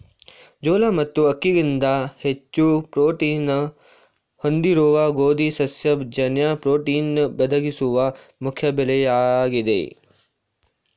ಜೋಳ ಮತ್ತು ಅಕ್ಕಿಗಿಂತ ಹೆಚ್ಚು ಪ್ರೋಟೀನ್ನ್ನು ಹೊಂದಿರುವ ಗೋಧಿ ಸಸ್ಯ ಜನ್ಯ ಪ್ರೋಟೀನ್ ಒದಗಿಸುವ ಮುಖ್ಯ ಬೆಳೆಯಾಗಿದೆ